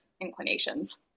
inclinations